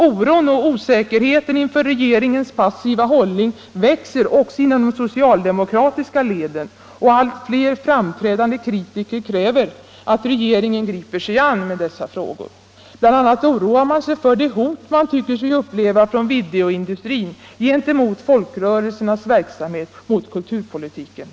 Oron och osäkerheten inför regeringens passiva hållning växer också inom de socialdemokratiska leden, och allt fler framträdande kritiker kräver att regeringen griper sig an med dessa frågor. Bl. a. oroar man sig för det hot man tycker sig uppleva från videoindustrin mot folkrörelsernas verksamhet och mot kulturpolitiken.